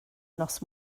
nos